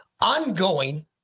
ongoing